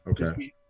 Okay